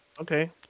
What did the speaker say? Okay